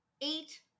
eight